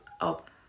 up